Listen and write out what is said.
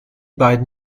beiden